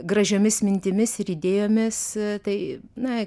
gražiomis mintimis ir idėjomis tai na